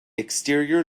exterior